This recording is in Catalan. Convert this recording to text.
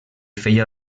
feia